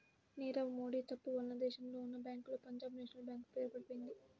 నీరవ్ మోడీ తప్పు వలన దేశంలో ఉన్నా బ్యేంకుల్లో పంజాబ్ నేషనల్ బ్యేంకు పేరు పడిపొయింది